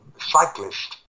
cyclist